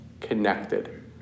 connected